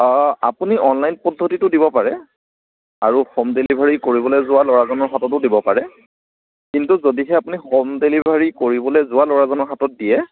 আপুনি অনলাইন পদ্ধতিটো দিব পাৰে আৰু হোম ডেলিভাৰী কৰিবলৈ যোৱা ল'ৰাজনৰ হাততো দিব পাৰে কিন্তু যদিহে আপুনি হোম ডেলিভাৰী কৰিবলৈ যোৱা ল'ৰাজনৰ হাতত দিয়ে